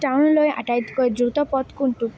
টাউনলৈ আটাইতকৈ দ্ৰুত পথ কোনটো